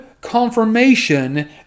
confirmation